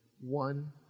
one